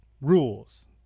rules